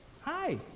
Hi